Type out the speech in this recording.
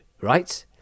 Right